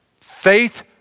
faith